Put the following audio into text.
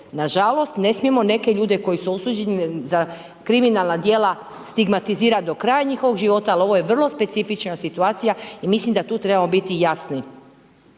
nažalost, ne smijemo neke ljude, koji su osuđeni za kriminalna djela, stigmatizirati do kraja njihovog života, ali ovo je vrlo specifična situacija i mislim da tu trebamo biti jasni.